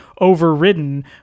overridden